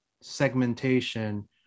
segmentation